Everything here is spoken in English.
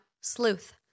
sleuth